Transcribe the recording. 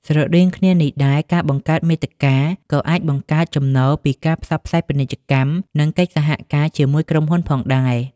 ស្រដៀងគ្នានេះដែរ ការបង្កើតមាតិកា ក៏អាចបង្កើតចំណូលពីការផ្សាយពាណិជ្ជកម្ម និងកិច្ចសហការជាមួយក្រុមហ៊ុនផងដែរ។